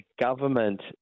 government